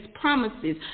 promises